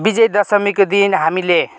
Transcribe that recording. विजया दशमीको दिन हामीले